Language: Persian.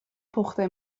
پخته